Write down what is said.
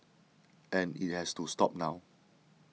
and it has to stop now